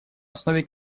основе